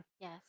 yes